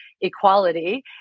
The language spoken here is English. equality